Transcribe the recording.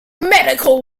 medial